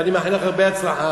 ואני מאחל לך הרבה הצלחה.